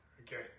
okay